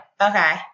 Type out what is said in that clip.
Okay